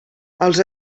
els